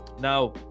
Now